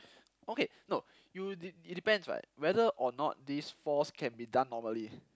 okay no you it depends [what] whether or not these fours can be done normally